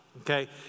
okay